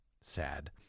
Sad